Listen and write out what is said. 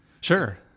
Sure